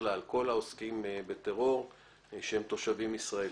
ולגבי כל העוסקים בטרור של תושבים ישראלים.